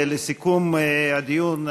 לסיכום הדיון,